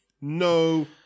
No